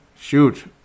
Shoot